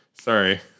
Sorry